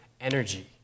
energy